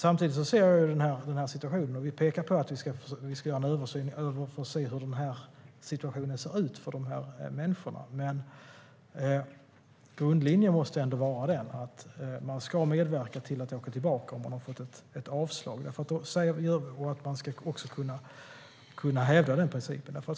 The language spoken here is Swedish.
Samtidigt ser jag den här situationen. Vi pekar på att vi ska göra en översyn för att se hur situationen ser ut för de här människorna. Men grundlinjen måste ändå vara att man ska medverka till att åka tillbaka om man har fått ett avslag. Det gör också att vi kan hävda den principen.